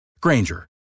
Granger